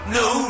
no